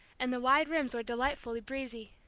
and the wide rooms were delightfully breezy.